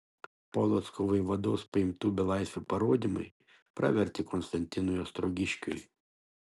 polocko vaivados paimtų belaisvių parodymai pravertė konstantinui ostrogiškiui